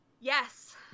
Yes